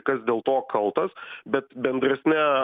kas dėl to kaltas bet bendresne